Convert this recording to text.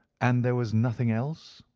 and there was nothing else?